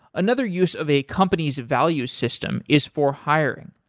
another use of a company's value system is for hiring.